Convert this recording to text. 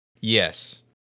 Yes